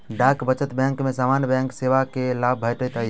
डाक बचत बैंक में सामान्य बैंक सेवा के लाभ भेटैत अछि